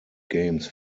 games